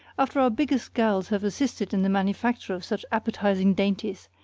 after our biggest girls have assisted in the manufacture of such appetizing dainties,